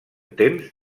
temps